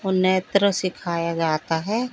उनेत्र सिखाया जाता है